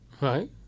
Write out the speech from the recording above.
right